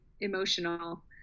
emotional